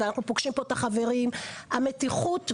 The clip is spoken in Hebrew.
ואנחנו בסופו של דבר צריכים לראות שאנחנו מתייחסים